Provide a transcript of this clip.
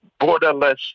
borderless